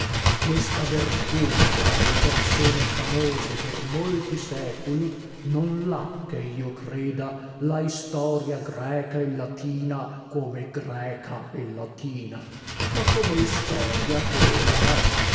questa vertù di far le persone famose per molti seculi non lha che io creda la istoria greca e latina come greca e latina ma come istoria che ella è